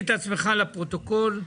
שלום,